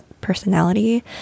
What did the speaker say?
personality